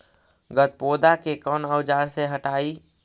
गत्पोदा के कौन औजार से हटायी?